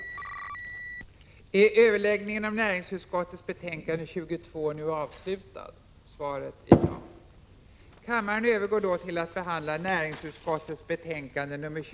I fråga om detta betänkande skulle debatten vara gemensam för samtliga punkter.